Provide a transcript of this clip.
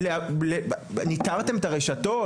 ניטרתם את הרשתות?